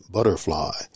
Butterfly